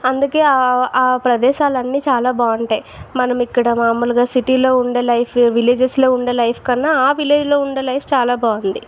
అందుకే ప్రదేశాలు అన్ని చాలా బాగుంటాయి మనం ఇక్కడ మామూలగా సిటీలో ఉండే లైఫ్ విలేజెస్లో ఉండే లైఫ్ కన్నా ఆ విలేజ్లో ఉండే లైఫ్ చాలా బాగుంది